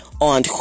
on